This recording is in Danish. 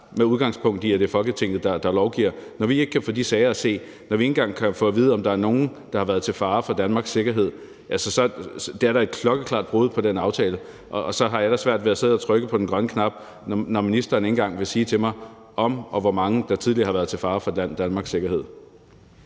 med udgangspunkt i at det er Folketinget, der lovgiver – når vi ikke kan få de sager at se, og når vi ikke engang kan få at vide, om der er nogen, der har været til fare for Danmarks sikkerhed, så er det da et klokkeklart brud på den aftale, og så har jeg da har svært ved at sidde og trykke på den grønne knap, når ministeren ikke engang vil sige til mig, om nogen og i givet fald hvor mange der tidligere har været til fare for Danmarks sikkerhed.